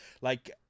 Like-